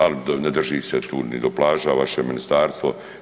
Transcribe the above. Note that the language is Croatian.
Ali ne drži se tu ni do plaža vaše ministarstvo.